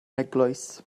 eglwys